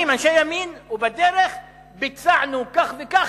ובדרך ביצענו כך וכך,